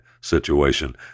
situation